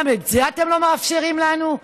גם את זה אתם לא מאפשרים לנו?